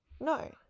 No